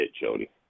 Jody